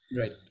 Right